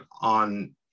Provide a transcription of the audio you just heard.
on